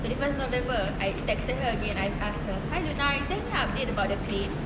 twenty first november I texted her again I asked her hi luna is there any update about the claim